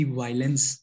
violence